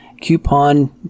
coupon